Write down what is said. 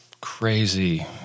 crazy